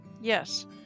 Yes